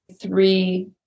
three